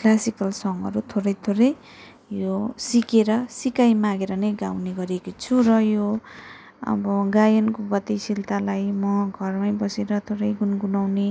classical सङहरू थोरै थोरै यो सिकेर सिकाइमागेर नै गाउने गरेकी छु र यो अब गायनको गतिशीलतालाई म घरमै बसेर थोरै गुनगुनाउने